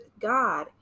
God